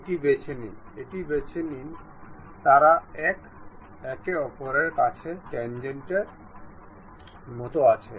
এটি বেছে নিন এটি বেছে নিন তারা একে অপরের কাছে ট্যান্জেন্ট াতর